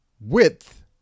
width